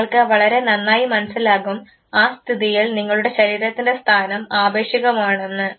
നിങ്ങൾക്ക് വളരെ നന്നായി മനസ്സിലാകും ആ സ്ഥിതിയിൽ നിങ്ങളുടെ ശരീരത്തിൻറെ സ്ഥാനം ആപേക്ഷികമാണെന്ന്